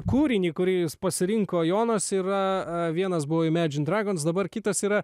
kūrinį kurį jis pasirinko jonas yra vienas buvo imedžin dragons dabar kitas yra